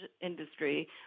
industry